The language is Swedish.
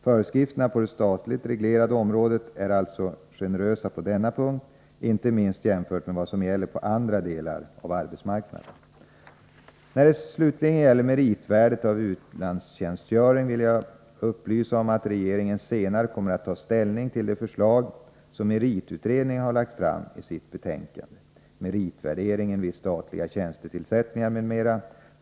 Föreskrifterna på det statligt reglerade området är alltså generösa på denna punkt, inte minst jämfört med vad som gäller på andra delar av arbetsmarknaden. När det slutligen gäller meritvärdet av utlandstjänstgöring vill jag upplysa om att regeringen senare kommer att ta ställning till de förslag som meritutredningen har lagt fram i sitt betänkande Meritvärderingen vid statliga tjänstetillsättningar m.m.